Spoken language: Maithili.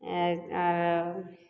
एक आरो